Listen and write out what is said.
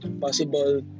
possible